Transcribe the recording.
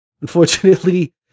unfortunately